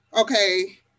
okay